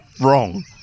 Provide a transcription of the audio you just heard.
wrong